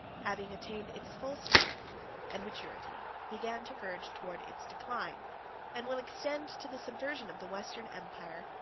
having attained its full strength and maturity, began to verge towards its decline and will extend to the subversion of the western empire,